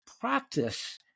practice